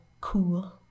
cool